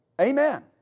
Amen